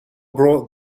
brought